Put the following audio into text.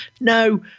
No